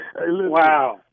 Wow